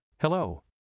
hello